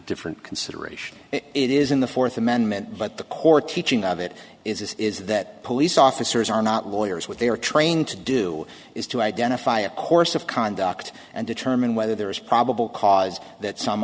different consideration it is in the fourth amendment but the core teaching of it is is that police officers are not lawyers with their trained to do is to identify a course of conduct and determine whether there is probable cause that some